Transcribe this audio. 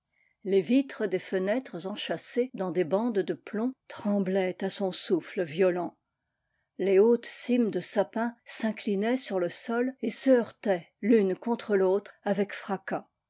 les vitres des fenêtres enchâssées dans des bandes de plomb tremblaient à son souffle violent les hautes cimes de sapin s'inclinaient sur le sol et se heurtaient l'une contre l'autre avec fracas